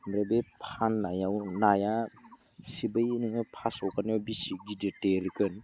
किन्तु बे फाननायाव नाया सिबै नोङो फार्स्ट हगारनायाव बेसे गिदिर देरगोन